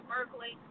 Berkeley